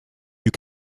you